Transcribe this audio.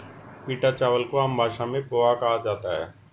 पीटा चावल को आम भाषा में पोहा कहा जाता है